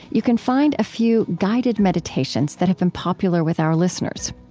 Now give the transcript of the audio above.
you can find a few guided meditations that have been popular with our listeners.